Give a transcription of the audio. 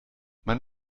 mein